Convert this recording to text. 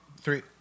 three